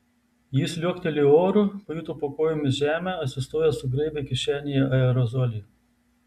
jis liuoktelėjo oru pajuto po kojomis žemę atsistojęs sugraibė kišenėje aerozolį